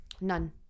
none